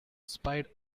spied